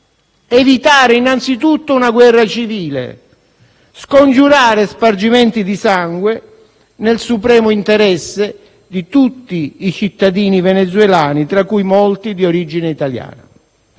evitare innanzi tutto una guerra civile e scongiurare spargimenti di sangue, nel supremo interesse di tutti i cittadini venezuelani, molti dei quali di origine italiana.